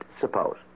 suppose